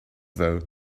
though